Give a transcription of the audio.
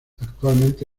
actualmente